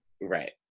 right